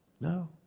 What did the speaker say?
No